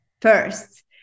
first